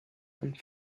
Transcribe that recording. and